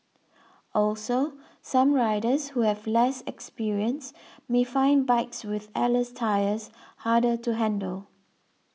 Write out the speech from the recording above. also some riders who have less experience may find bikes with airless tyres harder to handle